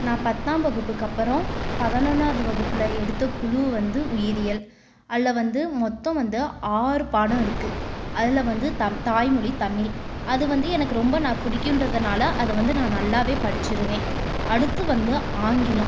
நான் பத்தாம் வகுப்புக்கு அப்புறம் பதினொன்னாவது வகுப்பில் எடுத்த குழு வந்து உயிரியல் அதில் வந்து மொத்தம் வந்து ஆறு பாடம் இருக்குது அதில் வந்து த தாய் மொழி தமிழ் அது வந்து எனக்கு ரொம்ப நான் பிக்குன்றதுனால அதை வந்து நான் நல்லாவே படிச்சுருவேன் அடுத்து வந்து ஆங்கிலோம்